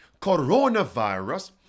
coronavirus